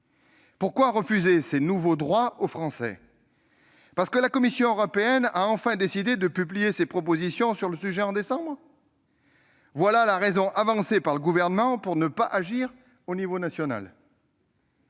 Pourquoi refuser ces nouveaux droits aux Français ? Parce que la Commission européenne a enfin décidé de publier ses propositions sur le sujet en décembre prochain ? C'est la raison avancée par le Gouvernement pour ne pas agir au niveau national.